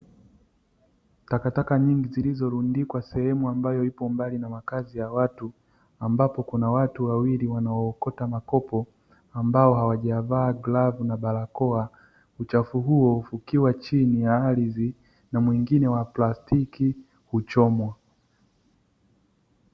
Takataka nyingi zilizorundikwa sehemu ambayo ipo mbali na makazi ya watu ambapo kuna watu wawili wanaokota makopo ambao hawajavaa glavu na barakoa. Uchafu huo hufukiwa chini ya ardhi na mwingine wa plastiki huchomwa.